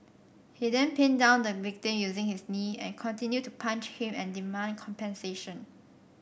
he then pinned down the victim using his knee and continued to punch him and demand compensation